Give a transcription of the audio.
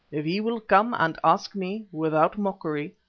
if he will come and ask me, without mockery,